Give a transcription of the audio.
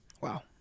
Wow